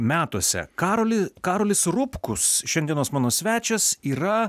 metuose karoli karolis rupkus šiandienos mano svečias yra